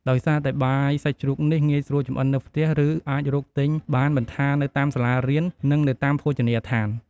ដោយសារតែបាយសាច់ជ្រូកនេះ ងាយស្រួលចម្អិននៅផ្ទះ ឬអាចរកទិញបានមិនថានៅតាមសាលារៀន និងនៅតាមភោជនីយដ្ឋាន។